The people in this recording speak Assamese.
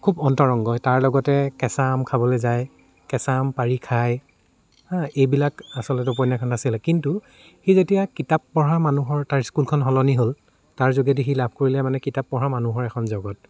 খুব অন্তৰংগ তাৰ লগতে কেঁচা আম খাবলৈ যায় কেঁচা আম পাৰি খায় হা এইবিলাক আচলতে উপন্যাসখনত আছিলে কিন্তু সি যেতিয়া কিতাপ পঢ়া মানুহৰ তাৰ স্কুলখন সলনি হ'ল তাৰ যোগেদি সি লাভ কৰিলে মানে কিতাপ পঢ়া মানুহৰ এখন জগত